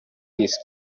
disk